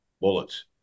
bullets